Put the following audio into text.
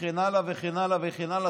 וכן הלאה וכן הלאה וכן הלאה.